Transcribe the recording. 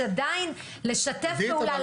שעדיין לשתף פעולה,